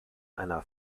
einer